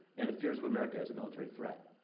and the fears of america as a military threat.